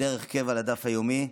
בדרך קבע של הדף היומי.